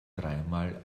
dreimal